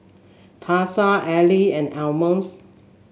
Tasha Ella and Almus